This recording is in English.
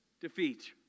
defeat